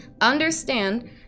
Understand